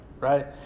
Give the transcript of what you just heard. right